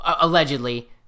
allegedly